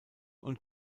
und